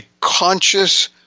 conscious